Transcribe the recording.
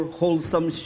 wholesome